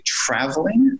traveling